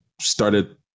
started